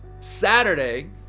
Saturday